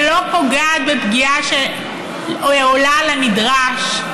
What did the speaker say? שלא פוגעת פגיעה שעולה על הנדרש.